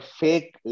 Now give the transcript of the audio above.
fake